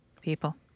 people